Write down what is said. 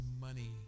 money